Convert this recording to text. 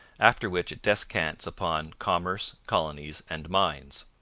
after which it descants upon commerce, colonies, and mines.